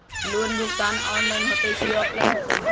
Loan भुगतान online होतई कि ऑफलाइन होतई?